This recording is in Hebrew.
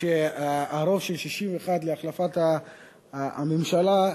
רוב של 61 להחלפת הממשלה,